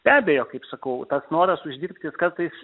be abejo kaip sakau tas noras uždirbti jis kartais